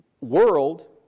world